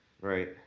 Right